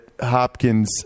Hopkins